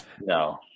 no